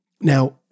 Now